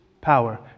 power